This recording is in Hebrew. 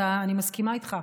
אני מסכימה איתך.